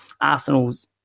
Arsenal's